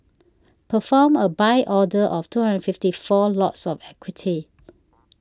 perform a buy order of two hundred fifty four lots of equity